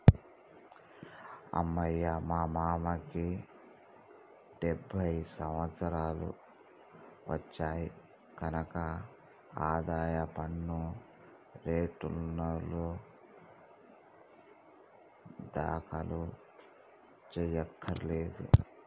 అమ్మయ్యా మా నాన్నకి డెబ్భై సంవత్సరాలు వచ్చాయి కనక ఆదాయ పన్ను రేటర్నులు దాఖలు చెయ్యక్కర్లేదులే